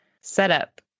setup